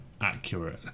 accurate